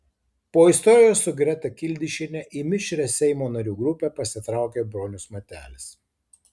po istorijos su greta kildišiene į mišrią seimo narių grupę pasitraukė bronius matelis